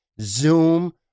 Zoom